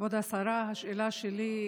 כבוד השרה, השאלה שלי: